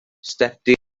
stepdir